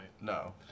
No